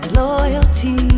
loyalty